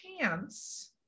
chance